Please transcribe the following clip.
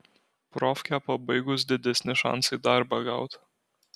profkę pabaigus didesni šansai darbą gaut